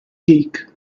geek